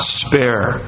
spare